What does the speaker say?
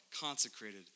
consecrated